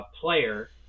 player